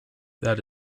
that